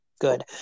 Good